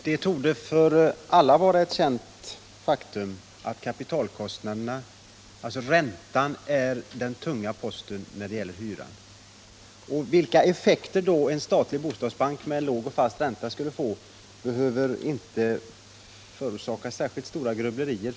Herr talman! Det torde för alla vara ett känt faktum att räntan är den tunga posten när det gäller hyran. För att man skall få klart för sig vilka effekter en bostadsbank med en låg och fast ränta då skulle få behövs det inte särskilt stora grubblerier.